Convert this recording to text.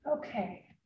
Okay